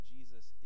Jesus